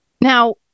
Now